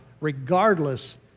regardless